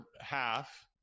half